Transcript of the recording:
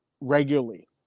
regularly